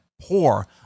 poor